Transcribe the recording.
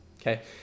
Okay